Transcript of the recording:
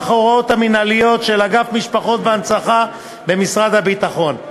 הוראות מינהליות של אגף משפחות והנצחה במשרד הביטחון.